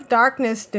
darkness